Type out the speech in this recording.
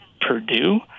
Purdue